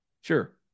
Sure